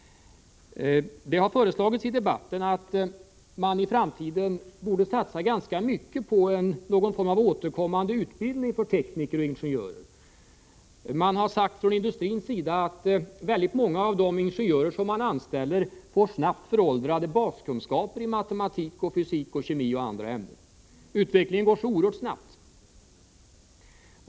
Det har i debatten föreslagits att mani framtiden skulle satsa ganska mycket på någon form av återkommande utbildning för tekniker och ingenjörer. Man har från industrins sida sagt att för många av de ingenjörer som anställs blir baskunskaperna snabbt föråldrade när det gäller matematik, fysik, kemi och andra ämnen. Utvecklingen går så oerhört snabbt.